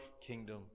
kingdom